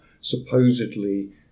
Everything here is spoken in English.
supposedly